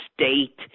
state –